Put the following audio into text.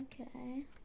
Okay